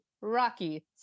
rocky